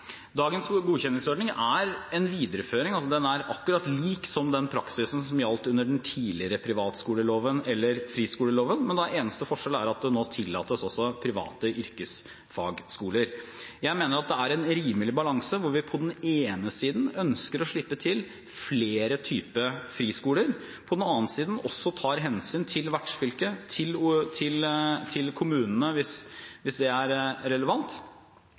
Dagens godkjenningsordning er en videreføring, den er altså helt lik den praksisen som gjaldt under den tidligere friskoleloven. Den eneste forskjellen er at man nå tillater å ha også private yrkesfagskoler. Jeg mener at det er en rimelig balanse, hvor vi på den ene siden ønsker å slippe til flere typer friskoler, og på den andre siden også tar hensyn til vertsfylket og kommunene, hvis det er relevant.